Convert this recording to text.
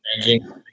Changing